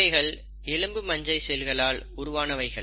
இவைகள் எலும்பு மஜ்ஜை செல்களால் உருவானவைகள்